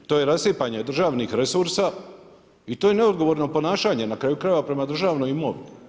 To je rasipanje državnih resursa i to je neodgovorno ponašanje na kraju krajeva prema državnoj imovini.